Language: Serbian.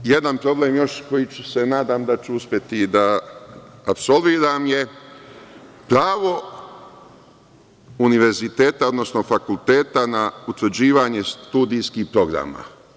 Još jedan problem koji se nadama da ću uspeti da apsolviram je pravo univerziteta, odnosno fakulteta na utvrđivanje studijskih programa.